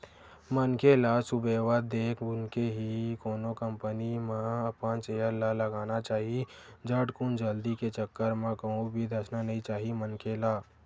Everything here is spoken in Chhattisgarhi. मनखे ल सुबेवत देख सुनके ही कोनो कंपनी म अपन सेयर ल लगाना चाही झटकुन जल्दी के चक्कर म कहूं भी धसना नइ चाही मनखे ल